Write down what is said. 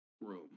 room